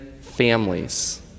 families